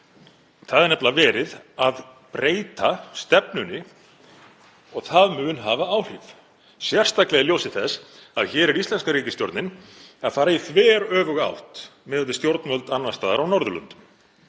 Það er nefnilega verið að breyta stefnunni og það mun hafa áhrif, sérstaklega í ljósi þess að íslenska ríkisstjórnin er hér að fara í þveröfuga átt við stjórnvöld annars staðar á Norðurlöndum.